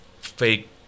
fake